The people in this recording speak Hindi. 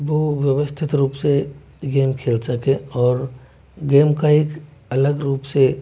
वो व्यवस्थित रूप से गेम खेल सके और गेम का एक अलग रूप से